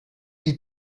die